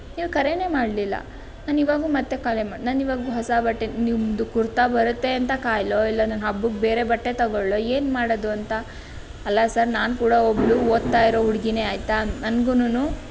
ನೀವು ಕರೆಯೇ ಮಾಡಲಿಲ್ಲ ನಾನೀವಾಗು ಮತ್ತೆ ಕರೆ ಮಾಡಿ ನಾನಿವಾಗ ಹೊಸ ಬಟ್ಟೆ ನಿಮ್ಮದು ಕುರ್ತಾ ಬರುತ್ತೆ ಅಂತ ಕಾಯಲೋ ಇಲ್ಲ ನಾನು ಹಬ್ಬಕ್ಕೆ ಬೇರೆ ಬಟ್ಟೆ ತೊಗೋಳ್ಳೋ ಏನು ಮಾಡೋದು ಅಂತ ಅಲ್ಲ ಸರ್ ನಾನು ಕೂಡ ಒಬ್ಬಳು ಓದ್ತಾ ಇರೋ ಹುಡುಗಿಯೇ ಆಯಿತಾ ನನಗೂನು